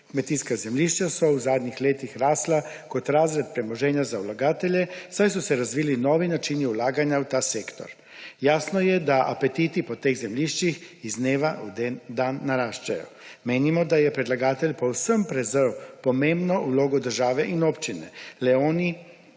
Kmetijska zemljišča so v zadnjih letih rastla kot razred premoženja za vlagatelje, saj so se razvili novi načini vlaganja v ta sektor. Jasno je, da apetiti po teh zemljiščih iz dneva v dan naraščajo. Menimo, da je predlagatelj povsem prezrl pomembno vlogo države in občine, le oni